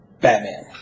Batman